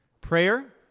Prayer